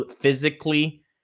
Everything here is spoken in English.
physically